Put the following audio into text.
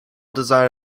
design